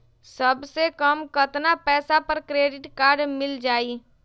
सबसे कम कतना पैसा पर क्रेडिट काड मिल जाई?